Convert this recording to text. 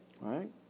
Right